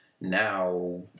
now